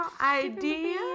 idea